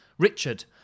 Richard